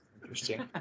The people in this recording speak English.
interesting